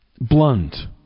blunt